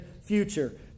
future